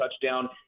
touchdown